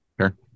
Sure